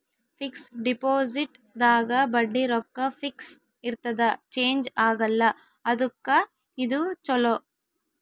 fix deposit ದಾಗ ಬಡ್ಡಿ ರೊಕ್ಕ ಫಿಕ್ಸ್ ಇರ್ತದ ಚೇಂಜ್ ಆಗಲ್ಲ ಅದುಕ್ಕ ಇದು ಚೊಲೊ